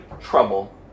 trouble